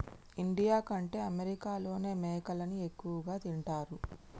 India కంటే అమెరికాలోనే మేకలని ఎక్కువ తింటారు